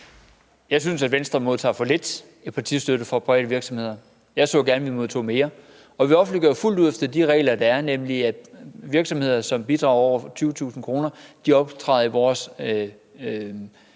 Jeg synes, at Venstre modtager for lidt i partistøtte fra private virksomheder. Jeg så gerne, at vi modtog mere. Og vi offentliggør fuldt ud efter de regler, der er, sådan at virksomheder, som bidrager med over 20.000 kr., optræder i vores